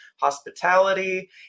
hospitality